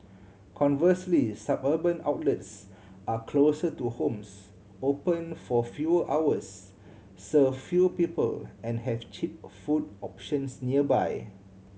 conversely suburban outlets are closer to homes open for fewer hours serve fewer people and have cheap food options nearby